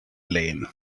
lane